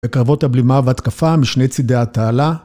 ‫בקרבות הבלימה והתקפה ‫משני צידי התעלה.